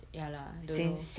ya lah don't know